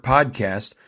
Podcast